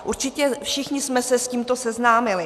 Určitě všichni jsme se s tímto seznámili.